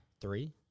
Three